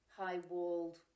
high-walled